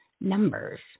numbers